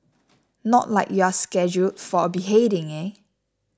not like you're scheduled for a beheading